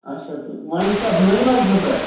اچھا تہٕ وۄنۍ کیٛاہ نٔے لٲگۍ ہُسا